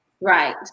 Right